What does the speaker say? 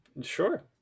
Sure